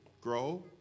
grow